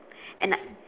and I